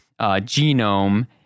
genome